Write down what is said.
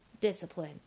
discipline